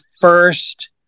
first